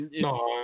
no